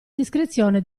discrezione